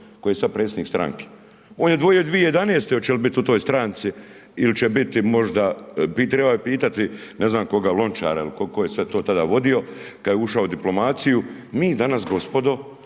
koji je sada predsjednik stranke, on je dvojio 2011. hoće li biti u toj stranci ili će biti možda, bi trebali pitati, ne znam koga Lončara ili ko je sve tada vodio, kada je ušao u diplomaciju, mi danas gospodo